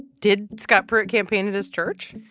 did scott pruitt campaign at his church?